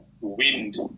wind